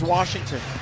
Washington